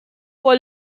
for